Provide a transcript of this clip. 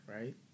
right